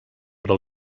però